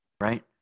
right